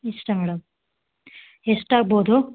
ಇಷ್ಟು ಮೇಡಮ್ ಎಷ್ಟು ಆಗ್ಬೋದು